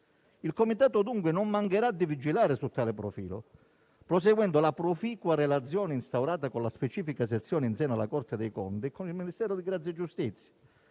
Il Comitato dunque non mancherà di vigilare su tale profilo, proseguendo la proficua relazione instaurata con la specifica sezione insieme alla Corte dei conti e con il Ministero della giustizia.